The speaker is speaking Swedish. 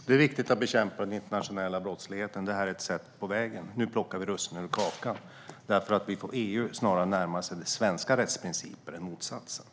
Herr talman! Det är viktigt att bekämpa den internationella brottsligheten, och det här är ett sätt på vägen. Nu plockar vi russinen ur kakan, för EU närmar sig snarare svenska rättsprinciper än motsatsen.